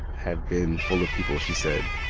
have been full of people, she said,